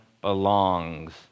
belongs